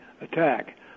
attack